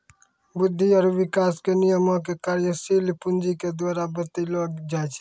वृद्धि आरु विकास के नियमो के कार्यशील पूंजी के द्वारा बतैलो जाय छै